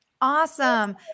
Awesome